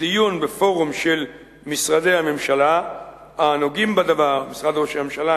דיון בפורום של משרדי הממשלה הנוגעים בדבר: משרד ראש הממשלה,